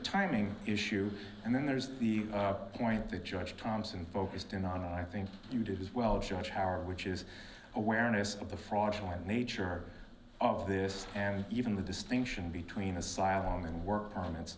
timing issue and then there's the point that judge thompson focused in on and i think you did as well judge howard which is awareness of the fraudulent nature of this and even the distinction between asylum and work permits